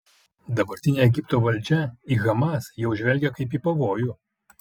dabartinė egipto valdžia į hamas jau žvelgia kaip į pavojų